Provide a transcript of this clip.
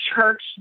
church